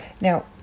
now